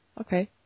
Okay